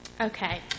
Okay